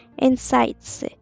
insights